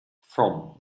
from